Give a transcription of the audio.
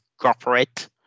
corporate